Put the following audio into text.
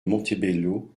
montebello